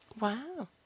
Wow